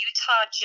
Utah